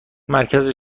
مرکز